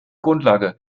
grundlage